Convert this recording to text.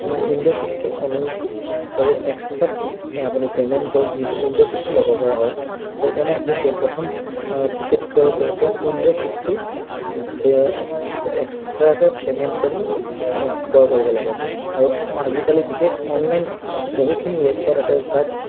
window ছিটটো অনুৰোধ কৰি এক্সট্ৰা আপুনি পেমেণ্ট কৰি যিটো উইণ্ড' ছিটটো ল'ব পৰা হয় সেইকাৰণে আপুনি প্ৰথম টিকেট ক্ৰয় কৰোঁতেই উইণ্ড' ছিটটো এক্সট্ৰাকে পে'মেণ্ট কৰি ক্ৰয় কৰিব লাগে আৰু আজিকালি বিশেষ অনলাইন বহুখিনি ৱেবছাইট আছে যাত